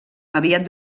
aviat